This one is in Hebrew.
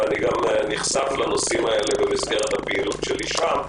אני גם נחשף לנושאים האלה במסגרת הפעילות שלי שם.